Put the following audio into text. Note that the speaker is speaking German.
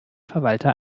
verwalter